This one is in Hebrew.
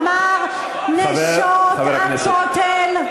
אמר: "נשות הכותל"